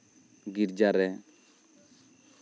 ᱜᱤᱨᱡᱟ ᱨᱮ